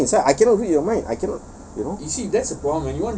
you keep it inside I cannot read your mind I cannot